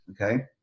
okay